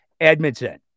Edmonton